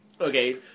Okay